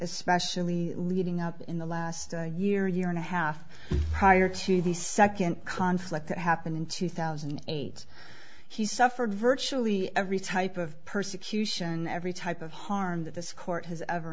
especially leading up in the last year year and a half prior to the second conflict that happened in two thousand and eight he suffered virtually every type of persecution every type of harm that this court has ever